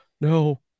no